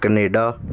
Canada